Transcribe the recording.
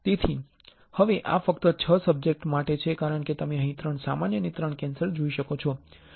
તેથી હવે આ ફક્ત 6 સબ્જેક્ટ માટે છે કારણ કે તમે અહીં 3 સામાન્ય અને 3 કેન્સર જોઈ શકો છો